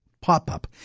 pop-up